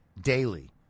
daily